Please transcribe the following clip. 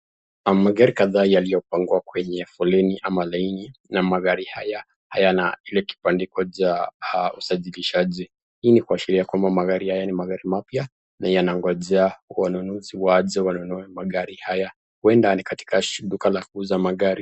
Magari kadhaa yaliyopangwa kwenye foleni ama laini, na magari haya hayana ile kibandiko cha usajilishaji. Hii ni kuashiria kwamba magari haya ni magari mapya na yanangojea wanunuzi waje wanunue magari haya. Huenda ni katika duka la kuuza magari.